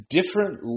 different